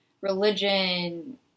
religion